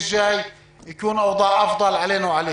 תודה.